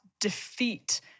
defeat